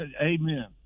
Amen